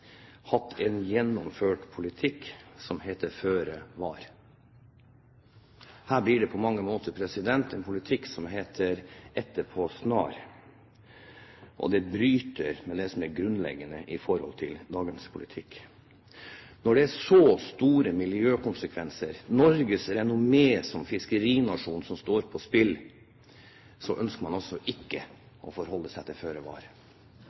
hatt en gjennomført politikk som heter føre var. Her blir det på mange måter en politikk som heter etter snar, og det bryter med det som er grunnleggende i forhold til dagens politikk. Når det har så store miljøkonsekvenser og Norges renommé som fiskerinasjon står på spill, ønsker man altså ikke å forholde seg til føre var.